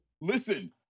Listen